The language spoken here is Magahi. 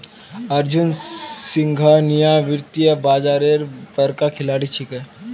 अर्जुन सिंघानिया वित्तीय बाजारेर बड़का खिलाड़ी छिके